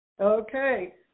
Okay